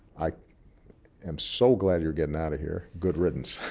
i am so glad you're getting out of here. good riddance.